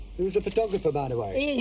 who's the photographer by the way?